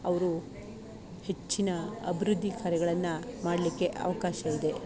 ಅವರು ಹೆಚ್ಚಿನ ಅಭಿವೃದ್ಧಿ ಕಾರ್ಯಗಳನ್ನು ಮಾಡ್ಲಿಕ್ಕೆ ಅವಕಾಶ ಇದೆ